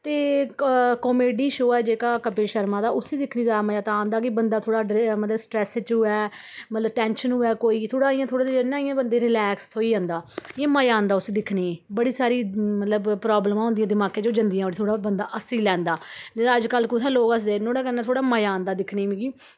ते comedy show ऐ जेह्का कपिल शर्मा दा उस्सी दिखने जैदा मजा तां आंदा कि बंदा थोह्ड़ा डरे दा मतलब स्ट्रेस च होए मतलब टेंशन होए कोई थोह्ड़ा इ'यै थोह्ड़े देर ना बंदे रिलैक्स होई जन्दा इ'यां मजा आंदा उस्सी दिक्खने बड़ी सारी मतलब प्राब्लमां होंदियां दमाके च ओह् जन्दियां उठी थोह्ड़ा बंदा हस्सी लैंदा निं ते अजकल्ल कुत्थें लोग हसदे न नोह्ड़े कन्नै थोह्ड़ा मजा आंदा दिखने मिगी